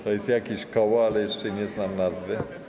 To jest jakieś koło, ale jeszcze nie znam nazwy.